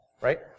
right